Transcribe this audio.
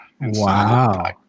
Wow